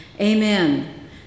Amen